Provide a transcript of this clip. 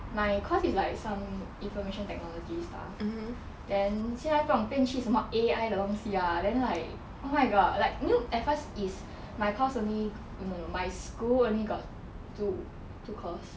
my course is like some information technology stuff then 现在不懂变去什么 A_I 的东西啊 then like oh my god like you know at first is my course only no no my school only got two~ two course